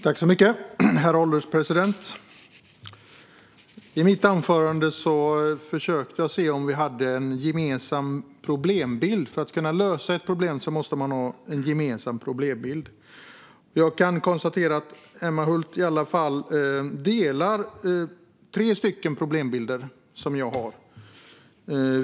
Herr ålderspresident! I mitt anförande försökte jag se om vi hade en gemensam problembild. För att kunna lösa ett problem måste man ha en gemensam problembild. Jag kan konstatera att Emma Hult i alla fall delar tre av problembilderna.